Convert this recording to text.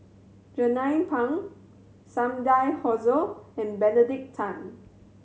Jernnine Pang Sumida Haruzo and Benedict Tan